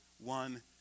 one